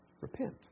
repent